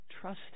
Trust